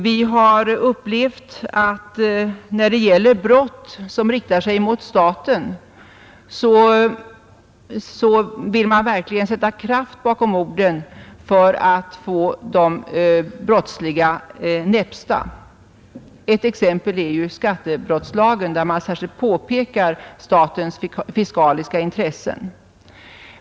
Vi har upplevt att när det gäller brott som riktar sig mot staten så vill man verkligen sätta kraft bakom orden för att få de brottsliga näpsta. Ett exempel är ju skattebrottslagen, där man särskilt påpekar statens fiskaliska intressen.